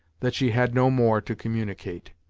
that she had no more to communicate.